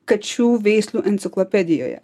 kačių veislių enciklopedijoje